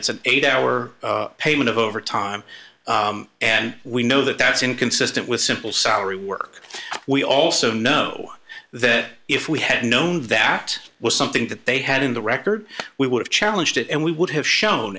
it's an eight hour payment of over time and we know that that's inconsistent with simple salary work we also know that if we had known that was something that they had in the record we would have challenged it and we would have shown